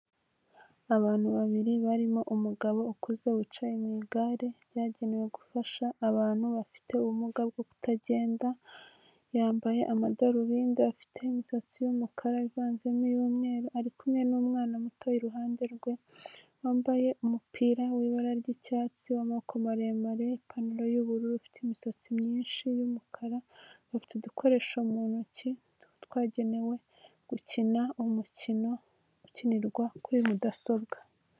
Abantu babiri barimo umugabo ukuze wicaye mu igare ryagenewe gufasha abantu bafite ubumuga bwo kutagenda, yambaye amadarubindi, afite imisatsi y'umukara ivanzemo n'umweru, ari kumwe n'umwana muto iruhande rwe, wambaye umupira w'ibara ry'icyatsi w'amaboko maremare, ipantaro y'ubururu, afite imisatsi myinshi y'umukara, bafite udukoresho mu ntoki tuba twagenewe gukina umukino ukinirwa kuri mudasobwa.